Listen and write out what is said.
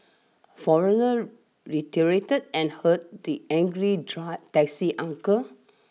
foreigner retaliated and hurt the angry try taxi uncle